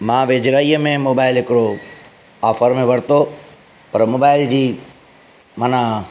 मां वेझराईअ में मोबाइल हिकिड़ो ऑफर में वरितो पर मोबाइल जी माना